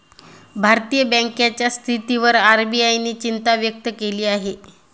भारतीय बँकांच्या स्थितीवर आर.बी.आय ने चिंता व्यक्त केली आहे